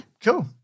Cool